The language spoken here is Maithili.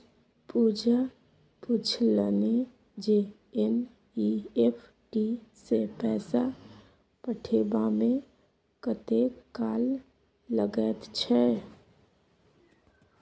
पूजा पूछलनि जे एन.ई.एफ.टी सँ पैसा पठेबामे कतेक काल लगैत छै